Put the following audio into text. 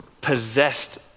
possessed